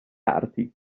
arti